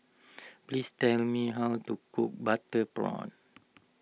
please tell me how to cook Butter Prawns